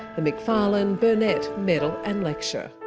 the macfarlane burnet medal and lecture.